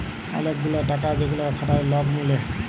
ওলেক গুলা টাকা যেগুলা খাটায় লক মিলে